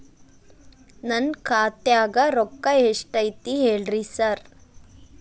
ನನ್ ಖಾತ್ಯಾಗ ರೊಕ್ಕಾ ಎಷ್ಟ್ ಐತಿ ಹೇಳ್ರಿ ಸಾರ್?